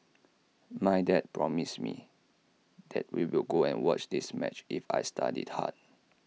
my dad promised me that we will go and watch this match if I studied hard